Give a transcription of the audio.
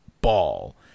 ball